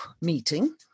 meeting